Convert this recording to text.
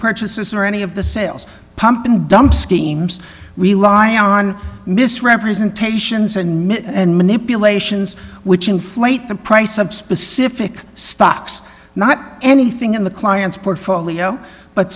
purchases or any of the sales pump and dump schemes rely on misrepresentations and myth and manipulations which inflate the price of specific stocks not anything in the client's portfolio but